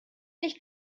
nicht